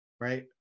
right